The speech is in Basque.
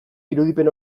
irudipen